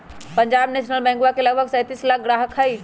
Punjab national बैंकवा के लगभग सैंतीस लाख ग्राहक हई